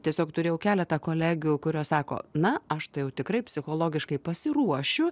tiesiog turėjau keletą kolegių kurios sako na aš tai jau tikrai psichologiškai pasiruošiu